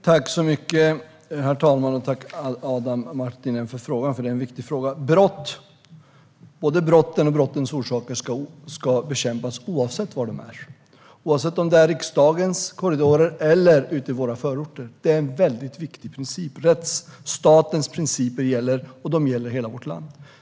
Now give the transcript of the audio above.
Herr talman! Tack, Adam Marttinen, för frågan! Det är en viktig fråga. Brott och orsakerna till brott ska bekämpas, oavsett var de finns, oavsett om det är i riksdagens korridorer eller i våra förorter. Det är en väldigt viktig princip. Rättsstatens principer gäller, och de gäller i hela vårt land.